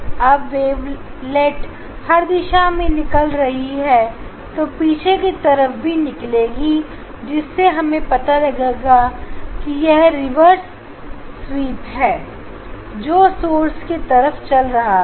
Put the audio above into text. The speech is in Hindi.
अब वेवलेट हर दिशा में निकल रहे हैं तो पीछे की तरफ भी निकलेंगे जिससे हमें पता लगेगा यह रिवर्स स्वीप है जो सोर्स की तरफ चल रही है